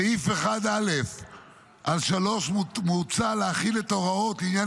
סעיף (1א)(3) מוצע להחיל את הוראות עניין